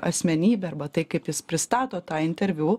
asmenybę arba tai kaip jis pristato tą interviu